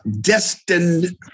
destined